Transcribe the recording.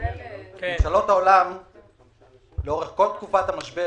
ממשלות בעולם לאורך כל תקופת המשבר